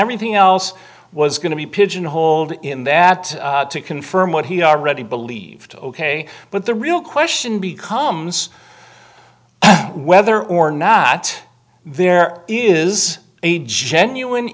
everything else was going to be pigeonholed in that to confirm what he already believed ok but the real question becomes whether or not there is a genuine